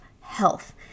health